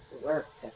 work